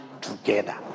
together